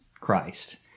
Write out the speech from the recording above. Christ